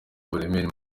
uburemere